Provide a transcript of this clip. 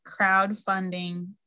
crowdfunding